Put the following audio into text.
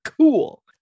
Cool